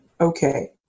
okay